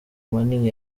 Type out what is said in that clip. manini